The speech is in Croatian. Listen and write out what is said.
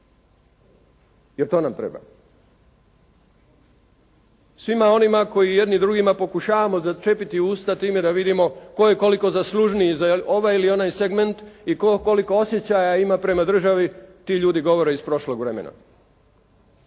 Jer to nam treba. Svima onima koji jedni drugima pokušavamo začepiti usta time da vidimo tko je koliko zaslužniji za ovaj ili segment i tko koliko osjećaja ima prema državi, ti ljudi govore iz prošlog vremena.